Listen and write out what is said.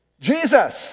Jesus